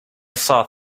saw